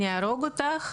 אני אהרוג אותך,